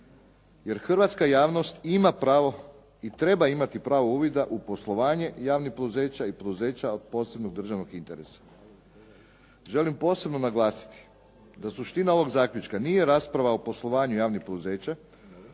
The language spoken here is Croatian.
jer hrvatska javnost ima pravo i treba imati pravo uvida u poslovanje javnih poduzeća i poduzeća od posebnog državnog interesa. Želim posebno naglasiti da suština ovog zaključka nije rasprava o poslovanju javnih poduzeća,